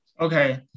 Okay